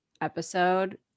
episode